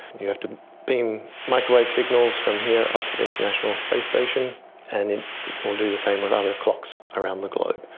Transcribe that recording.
you have to beam microwave signals from here up to the international space station and it will do the same with other clocks around the globe.